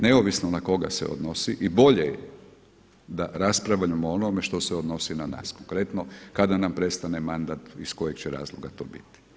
Neovisno na koga se odnosi i bolje je da raspravljamo onome što se odnosi na nas konkretno kada nam prestane mandat iz kojeg će razloga to biti.